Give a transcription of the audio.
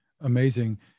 Amazing